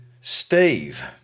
Steve